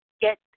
get